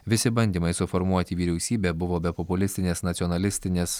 visi bandymai suformuoti vyriausybę buvo be populistinės nacionalistinės